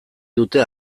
dute